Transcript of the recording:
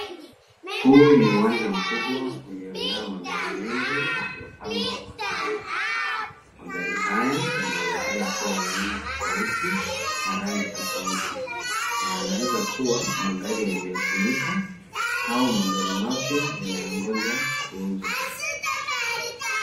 Huu ni uwanja mkubwa uliojaa magari mengi yaliyopangwa kwa safu. Magari haya yanaonekana kuwa ya aina tofauti na rangi tofauti na yanawezakuwa magari yaliyotumika au magari mapya yanayongoja kuuzwa.